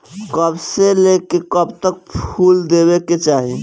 कब से लेके कब तक फुल देवे के चाही?